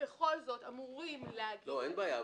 אמורים --- אין בעיה,